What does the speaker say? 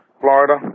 Florida